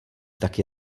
taky